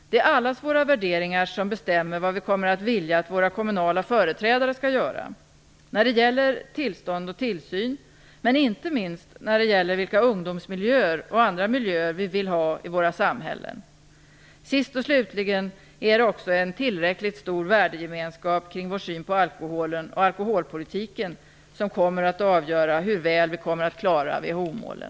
Det är allas våra värderingar som bestämmer vad vi kommer att vilja att våra kommunala företrädare skall göra när det gäller tillstånd och tillsyn, och inte minst när det gäller vilka ungdomsmiljöer och andra miljöer vi vill ha i våra samhällen. Sist och slutligen är det också en tillräckligt stor värdegemenskap kring vår syn på alkoholen och alkoholpolitiken som kommer att avgöra hur väl vi kommer att klara WHO-målen.